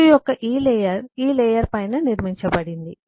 CPU యొక్క ఈ layer ఈ లేయర్ పైన నిర్మించబడింది